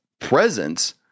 presence